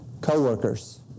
co-workers